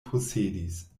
posedis